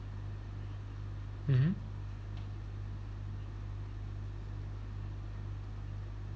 mmhmm